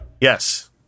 Yes